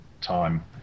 time